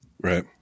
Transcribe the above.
Right